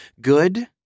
Good